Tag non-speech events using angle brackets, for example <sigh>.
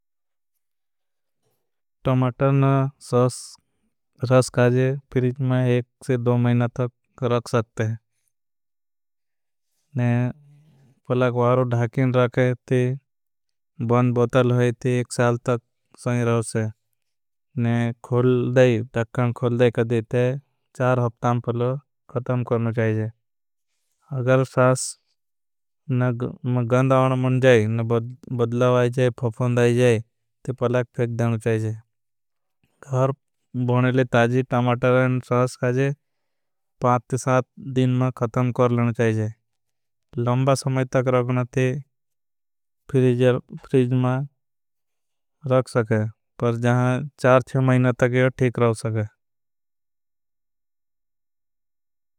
टमाटर न शास रश खाजे फिरिज मैं एक से दो मेंगा तक रख सकते हैं। <hesitation> वारू धाकिन रखे बॉंद बॉतल होई ती एक साल। तक समझ रहो से खोल दाई <hesitation> कदी ते चार हफ्तां। पर ख़तम करना चाहिए शास में गंद आवना मन जाए न बदलाव। <hesitation> आई जाए फफुंद आई जाए ती पलाग फेक देनो। चाहिए भुनेले ताजी टोमाटर न शास खाजे पाथ ती साथ दिन में ख़तम। कर लेनो चाहिए समय तक रखना ते <hesitation> फ्रीज मा। रख सके पर जहां चार छी महिना तक यह ठेक रहो सके।